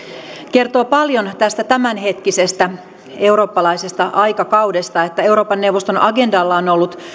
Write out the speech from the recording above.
kertoo paljon tästä tämänhetkisestä eurooppalaisesta aikakaudesta että euroopan neuvoston agendalla on ollut